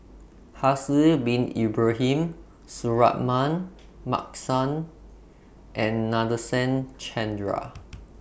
Haslir Bin Ibrahim Suratman Markasan and Nadasen Chandra